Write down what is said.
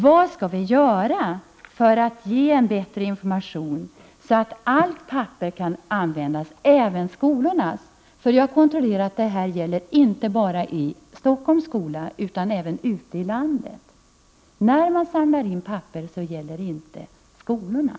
Vad skall vi göra för att ge en bättre information så att allt papper kan användas, även skolornas? Jag har kontrollerat att motsvarande förhållan den inte bara gäller i Stockholms skolor utan även ute i landet. Uppmaningen = Prot. 1988/89:16 att samla in papper gäller inte i skolorna.